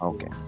Okay